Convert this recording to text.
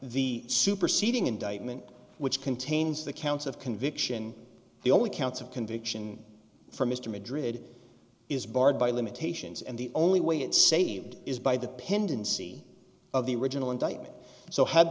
the superseding indictment which contains the counts of conviction the only counts of conviction for mr madrid is barred by limitations and the only way it's saved is by the pendency of the original indictment so had